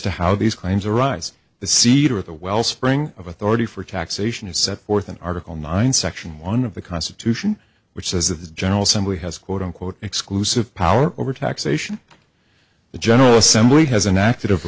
to how these claims arise the seeder of the wellspring of authority for taxation is set forth in article nine section one of the constitution which says that the general assembly has quote unquote exclusive power over taxation the general assembly has an active